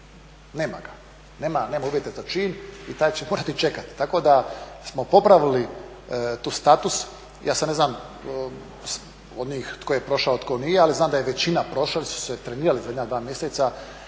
nema ga, nema uvjete za čin i taj će morati čekati. Tako da smo popravili tu status, ja ne znam od njih tko je prošao, tko nije, ali znam da je većina prošla jer su trenirali zadnja dva mjeseca.